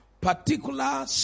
particular